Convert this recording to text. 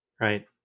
Right